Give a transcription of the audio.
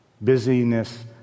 busyness